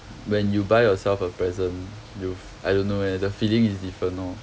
when you buy yourself a present you f~ I don't know eh the feeling is different lor